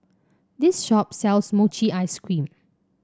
this shop sells Mochi Ice Cream